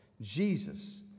Jesus